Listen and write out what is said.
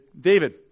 David